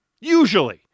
Usually